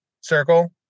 circle